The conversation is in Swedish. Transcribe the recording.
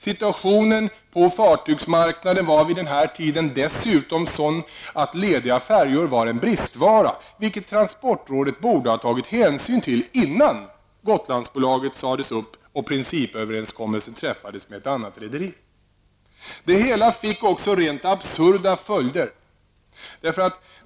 Situationen på fartygsmarknaden var vid den här tiden dessutom sådan att lediga färjor var en bristvara, vilket transportrådet borde ha tagit hänsyn till innan Gotlandsbolaget sades upp och principöverenskommelse träffades med ett annat rederi. Det hela fick också rent absurda följder.